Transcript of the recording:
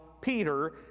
peter